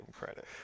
credit